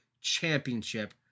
Championship